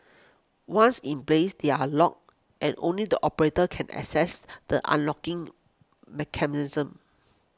once in place they are locked and only the operator can access the unlocking mechanism